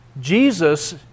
Jesus